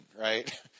right